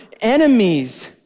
enemies